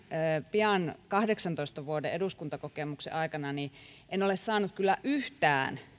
pian kahdeksantoista vuoden eduskuntakokemuksen aikana en ole saanut yhtään